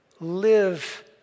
live